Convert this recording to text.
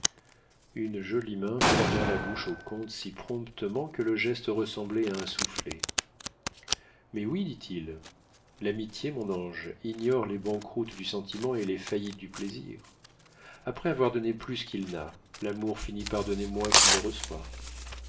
une jolie main ferma la bouche au comte si promptement que le geste ressemblait à un soufflet mais oui dit-il l'amitié mon ange ignore les banqueroutes du sentiment et les faillites du plaisir après avoir donné plus qu'il n'a l'amour finit par donner moins qu'il ne reçoit